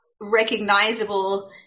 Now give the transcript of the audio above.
recognizable